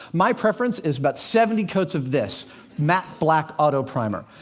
my preference is about seventy coats of this matte black auto primer.